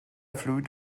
fluid